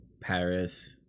Paris